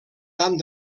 tant